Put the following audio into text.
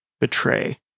betray